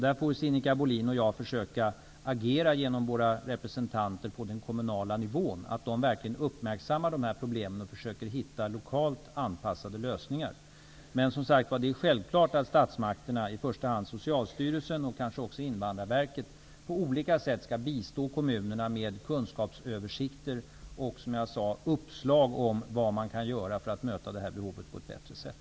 Där får Sinikka Bohlin försöka agera genom våra representanter på den kommunala sidan, så att de verkligen uppmärksammar dessa problem och försöker hitta lokalt anpassade lösningar. Det är som sagt självklart att statsmakerna, i första hand Socialstyrelsen och också Invandrarverket, på olika sätt skall bistå kommunerna med kunskapsöversikter och med, som jag sade tidigare, uppslag om vad man kan göra för att möta behovet på ett bättre sätt.